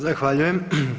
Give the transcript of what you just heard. Zahvaljujem.